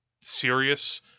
serious